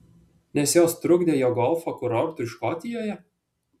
nes jos trukdė jo golfo kurortui škotijoje